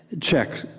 check